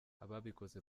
ababikoze